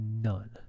none